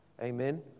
Amen